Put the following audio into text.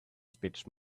speech